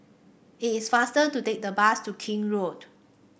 it is faster to take the bus to King Road